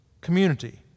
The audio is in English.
community